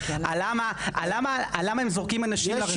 על למה הם זורקים אנשים לרחוב?